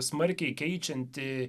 smarkiai keičianti